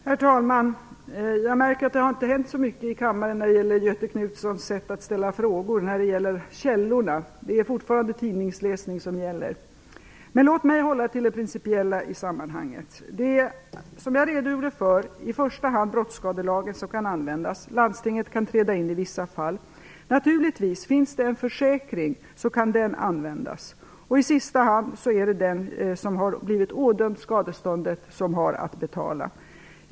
Herr talman! Jag märker att det inte har hänt så mycket i kammaren när det gäller Göthe Knutsons sätt att ställa frågor och att använda källor. Det är fortfarande tidningsläsning som gäller. Men låt mig hålla mig till det principiella i sammanhanget. Som jag redogjorde för tidigare är det i första hand brottsskadelagen som skall tillämpas. Landstinget kan träda in i vissa fall. Finns det en försäkring kan den naturligtvis användas. I sista hand är det den som har blivit åtdömd skadeståndet som skall betala.